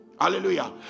hallelujah